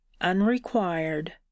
unrequired